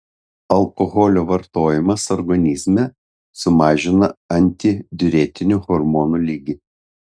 alkoholio vartojimas organizme sumažina antidiuretinių hormonų lygį